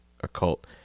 occult